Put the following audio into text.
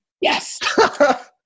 Yes